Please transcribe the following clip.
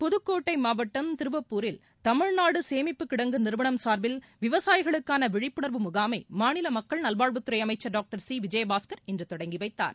புதுக்கோட்டை மாவட்டம் திருவப்பூரில் தமிழ்நாடு சேமிப்பு கிடங்கு நிறுவனம் சார்பில் விவசாயிகளுக்கான விழிப்புணர்வு முகாமை மாநில மக்கள் நல்வாழ்வுத்துறை அமைச்சர் டாக்டர் சி விஜயபாஸ்கர் இன்று தொடங்கிவைத்தார்